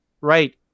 right